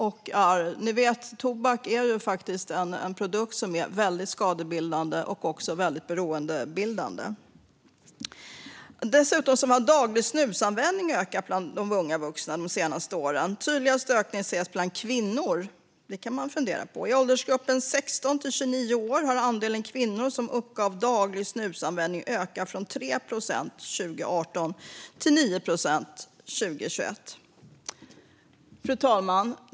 Vi vet att tobak är en produkt som är väldigt skadebildande och även väldigt beroendeframkallande. Dessutom har daglig snusanvändning ökat bland unga vuxna de senaste åren, och tydligast ökning ses bland kvinnor. Det kan man fundera på. I åldersgruppen 16-29 år har andelen kvinnor som uppger daglig snusanvändning ökat från 3 procent 2018 till 9 procent 2021. Fru talman!